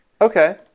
Okay